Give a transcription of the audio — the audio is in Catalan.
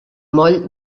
moll